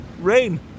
rain